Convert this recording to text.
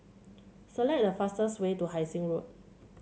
select the fastest way to Hai Sing Road